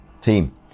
team